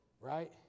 right